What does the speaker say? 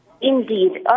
Indeed